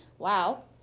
Wow